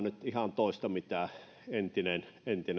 nyt ihan toista kuin entinen